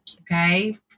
Okay